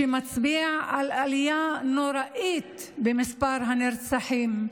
שמצביע על עלייה נוראית במספר הנרצחים.